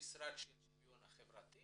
למשרד שוויון חברתי